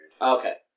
Okay